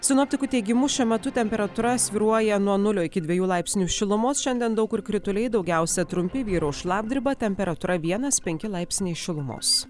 sinoptikų teigimu šiuo metu temperatūra svyruoja nuo nulio iki dviejų laipsnių šilumos šiandien daug kur krituliai daugiausia trumpi vyraus šlapdriba temperatūra vienas penki laipsniai šilumos